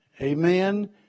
Amen